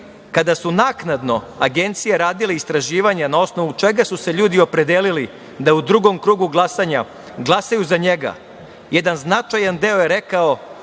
Kada su naknadno agencije radile istraživanja na osnovu čega su se ljudi opredelili da u drugom krugu glasanja, glasaju za njega, jedan značajan deo je rekao,